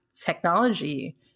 technology